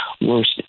worst